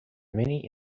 many